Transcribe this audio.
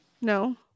No